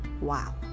Wow